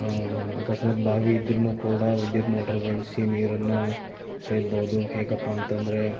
ಅಕಸ್ಮಾತ್ ಬಾವಿ ಇದ್ದರೂ ಕೂಡ ವಿದ್ಯುತ್ ಮೋಟಾರ್ ಬಳಸಿ ನೀರನ್ನು ಸೇದ್ಬೋದು ಹೇಗಪ್ಪ ಅಂತಂದರೆ